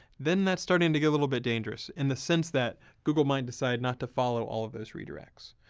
then that's starting to get a little bit dangerous, in the sense that google might decide not to follow all of those redirects.